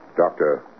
Doctor